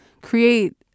create